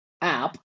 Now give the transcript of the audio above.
app